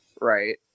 right